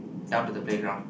down to the playground